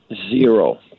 zero